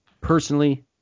Personally